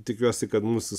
tikiuosi kad mūsų